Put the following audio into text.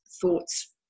thoughts